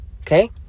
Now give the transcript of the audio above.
Okay